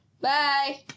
Bye